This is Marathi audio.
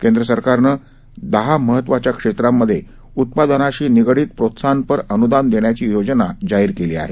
केंद्रसरकारनं दहा महत्वाच्या क्षेत्रांमधे उत्पादनाशी निगडीत प्रोत्साहनपर अनुदान देण्याची योजना जाहीर केली आहे